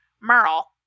Merle